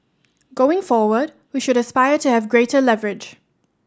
going forward we should aspire to have greater leverage